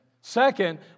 second